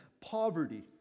poverty